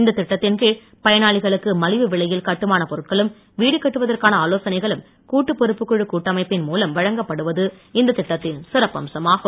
இந்த திட்டத்தின் கீழ் பயனாளிகளுக்கு மலிவு விலையில் கட்டுமானப் பொருட்களும் வீடு கட்டுவதற்கான ஆலோசனைகளும் கூட்டு பொறுப்புக்குழு கூட்டமைப்பின் மூலம் வழங்கப்படுவது இந்த திட்டத்தின் சிறப்பு அம்சமாகும்